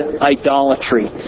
idolatry